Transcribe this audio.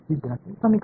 विद्यार्थी समीकरण